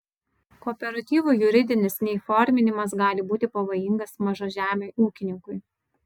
kooperatyvų juridinis neįforminimas gali būti pavojingas mažažemiui ūkininkui